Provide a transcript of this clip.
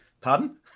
pardon